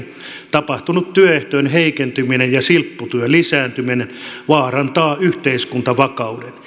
tapahtunut työehtojen heikentyminen ja silpputyön lisääntyminen vaarantavat yhteiskuntavakauden